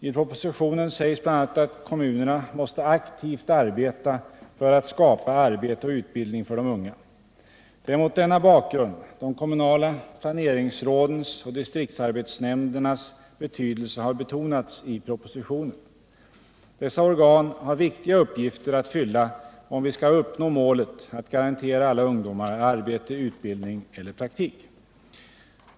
I propositionen sägs bl.a. att kommunerna måste aktivt arbeta för att skapa arbete och utbildning för de unga. |: Det är mot denna bakgrund de kommunala planeringsrådens och distriktsarbetsnämndernas betydelse har betonats i propositionen. Dessa organ har viktiga uppgifter att fylla, om vi skall uppnå målet att garantera alla ungdomar arbete, utbildning eller praktik.